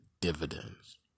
dividends